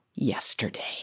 yesterday